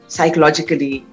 Psychologically